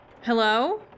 Hello